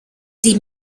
die